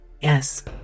Yes